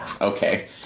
Okay